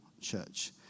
church